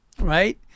right